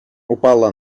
упало